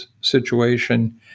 situation